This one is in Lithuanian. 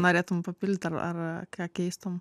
norėtume papildyt ar ar ką keistum